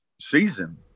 season